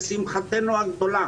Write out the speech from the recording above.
לשמחתנו הגדולה